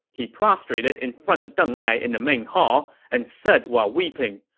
he prostrated in front of deng ai in the main hall and said while weeping,